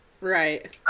right